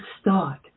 start